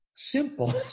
simple